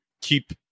keep